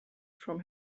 from